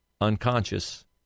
unconscious